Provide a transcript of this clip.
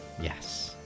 Yes